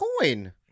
coin